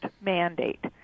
mandate